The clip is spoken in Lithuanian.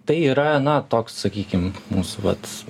tai yra na toks sakykim mūsų vat